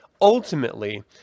ultimately